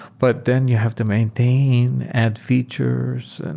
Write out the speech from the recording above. but then you have to maintain, add features. and